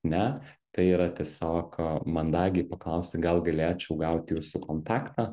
ne tai yra tiesiog mandagiai paklausti gal galėčiau gauti jūsų kontaktą